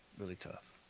really tough,